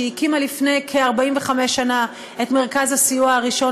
שהקימה לפני כ-45 שנה את מרכז הסיוע הראשון